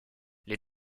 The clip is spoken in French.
les